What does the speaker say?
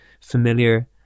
familiar